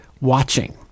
watching